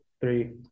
three